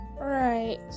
right